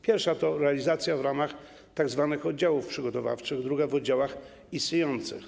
Pierwsza to realizacja w ramach tzw. oddziałów przygotowawczych, druga w oddziałach istniejących.